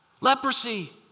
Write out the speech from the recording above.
Leprosy